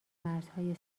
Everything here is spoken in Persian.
مرزهای